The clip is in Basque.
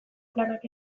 planak